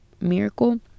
miracle